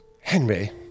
Henry